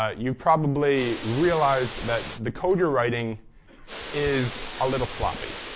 ah you've probably realized that the code you're writing is a little sloppy.